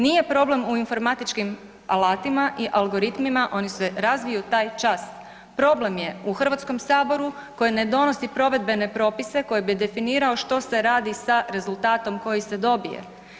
Nije problem u informatičkim alatima i algoritmima oni se razviju taj čas, problem je u Hrvatskom saboru koji ne donosi provedbene propise koji bi definirao što se radi sa rezultatom koji se dobije.